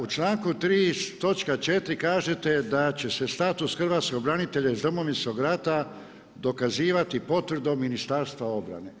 U članku 3. točka 4. kažete da će se status hrvatskog branitelja iz Domovinskog rata dokazivati potvrdom Ministarstva obrane.